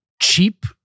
cheap